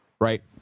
right